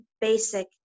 basic